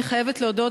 אני חייבת להודות,